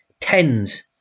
tens